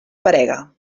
parega